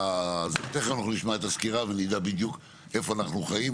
תיכף אנחנו נשמע את הסקירה ונדע בדיוק איפה אנחנו חיים.